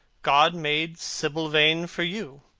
gods made sibyl vane for you.